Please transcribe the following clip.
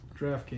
DraftKings